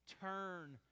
turn